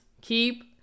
keep